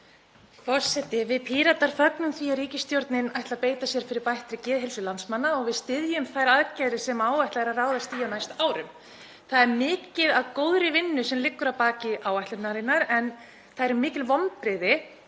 Forseti. Við Píratar fögnum því að ríkisstjórnin ætli að beita sér fyrir bættri geðheilsu landsmanna og við styðjum þær aðgerðir sem áætlað er að ráðast í á næstu árum. Það er mikið af góðri vinnu sem liggur að baki áætluninni en það eru mikil vonbrigði